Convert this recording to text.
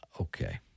Okay